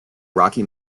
rocky